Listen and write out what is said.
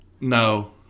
no